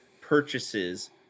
purchases